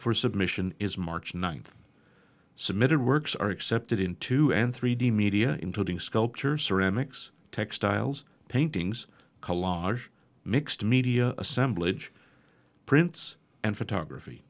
for submission is march ninth submitted works are accepted in two and three d media including sculptures ceramics textiles paintings collage mixed media assemblage prints and photography